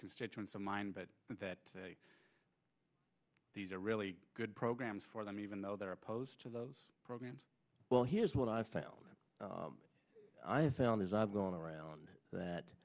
constituents of mine but that these are really good programs for them even though they're opposed to those programs well here's what i found i have found as i've gone around that